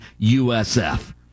USF